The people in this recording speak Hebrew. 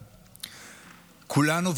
כולנו,